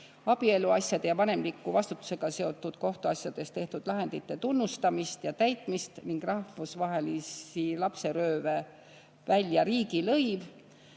abieluasjade ja vanemliku vastutusega seotud kohtuasjades tehtud lahendite tunnustamist ja täitmist ning rahvusvahelisi lapserööve, välja riigilõiv.